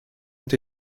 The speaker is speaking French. ont